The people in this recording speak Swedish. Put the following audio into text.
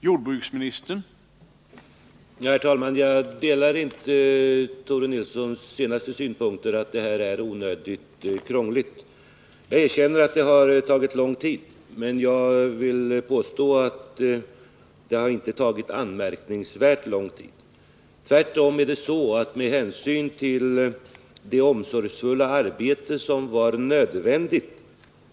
Herr talman! Jag delar inte Tore Nilssons uppfattning att det här är onödigt krångligt. Jag erkänner att det har tagit lång tid, men jag vill påstå att det inte har tagit anmärkningsvärt lång tid — tvärtom, med hänsyn till det omsorgsfulla arbete som var nödvändigt.